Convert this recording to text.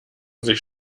sich